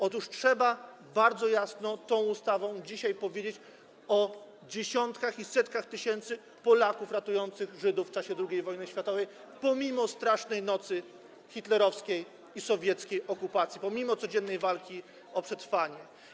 Otóż trzeba bardzo jasno tą ustawą dzisiaj powiedzieć o dziesiątkach i setkach tysięcy Polaków ratujących Żydów w czasie II wojny światowej pomimo strasznej nocy hitlerowskiej i sowieckiej okupacji, pomimo codziennej walki o przetrwanie.